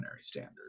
standard